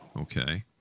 Okay